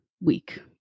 week